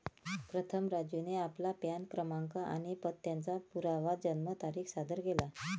प्रथम राजूने आपला पॅन क्रमांक आणि पत्त्याचा पुरावा जन्मतारीख सादर केला